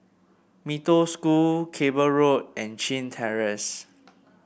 Mee Toh School Cable Road and Chin Terrace